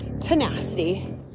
tenacity